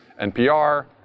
NPR